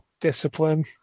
discipline